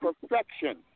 perfection